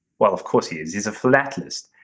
well, of course he is, he's a philatelist,